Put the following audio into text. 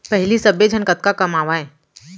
पहिली सब्बे झन कतका कमावयँ